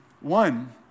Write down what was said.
one